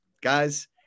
guys